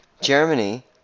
Germany